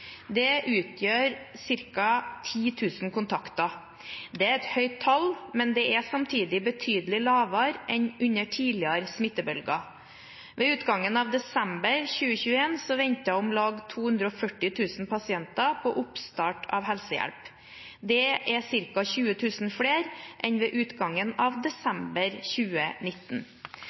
Det utgjør ca. 10 000 kontakter. Det er et høyt tall, men det er samtidig betydelig lavere enn under tidligere smittebølger. Ved utgangen av desember 2021 ventet om lag 240 000 pasienter på oppstart av helsehjelp. Det er ca. 20 000 flere enn ved utgangen av desember 2019.